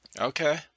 Okay